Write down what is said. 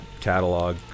catalog